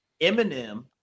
Eminem